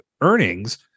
earnings